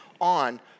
on